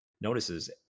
notices